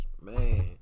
man